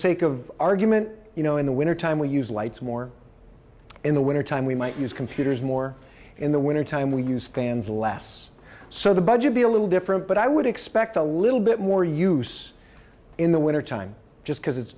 sake of argument you know in the wintertime we use lights more in the winter time we might use computers more in the winter time we use fans less so the budget be a little different but i would expect a little bit more use in the winter time just because it's